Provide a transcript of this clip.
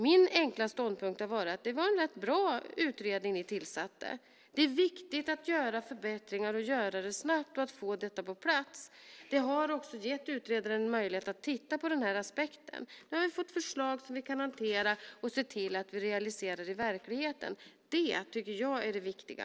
Min enkla ståndpunkt har varit att det var en rätt bra utredning som ni tillsatte. Det är viktigt att göra förbättringar och att göra det snabbt och att få detta på plats. Vi har också gett utredaren möjlighet att titta på den här aspekten. Nu har vi fått förslag som vi kan hantera och se till att vi realiserar. Det tycker jag är det viktiga.